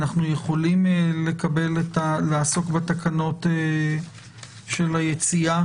אנחנו יכולים לעסוק בתקנות של היציאה